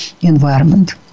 environment